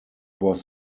was